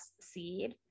seed